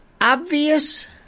obvious